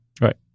Right